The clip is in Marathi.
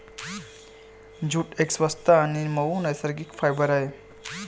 जूट एक स्वस्त आणि मऊ नैसर्गिक फायबर आहे